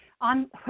On